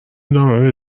ادامه